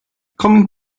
coming